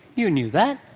you knew that.